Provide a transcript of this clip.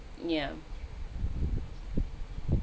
yeah